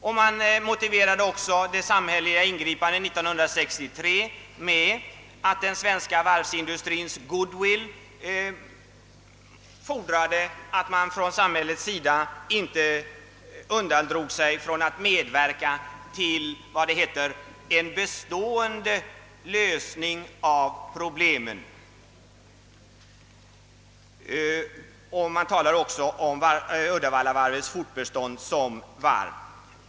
De samhälleliga ingripandena år 1963 motiverades också med att den svenska varvsindustrins goodwill fordrade att samhället inte undandrog sig att medverka till, som det hette, en bestående lösning av problemen. Det talades också om Uddevallavarvets fortbestånd som varv.